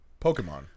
Pokemon